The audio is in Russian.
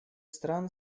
стран